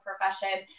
profession